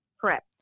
correct